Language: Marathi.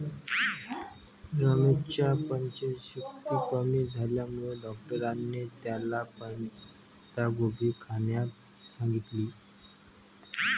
रमेशच्या पचनशक्ती कमी झाल्यामुळे डॉक्टरांनी त्याला पत्ताकोबी खाण्यास सांगितलं